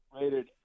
rated